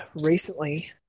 recently